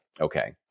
Okay